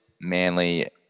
Manly